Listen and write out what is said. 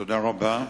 תודה רבה.